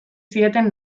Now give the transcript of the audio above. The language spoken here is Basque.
zieten